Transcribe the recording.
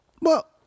Well-